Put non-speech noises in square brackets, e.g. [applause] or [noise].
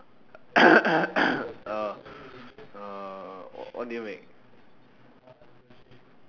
[noise] uh uhh